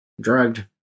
drugged